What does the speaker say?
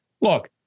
look